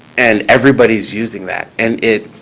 and everybody's using that. and it